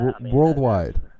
worldwide